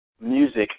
music